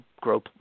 grow